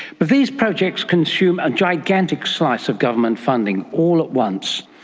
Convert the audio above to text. but these projects consume a gigantic slice of government funding all at once.